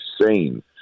insane